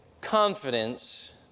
confidence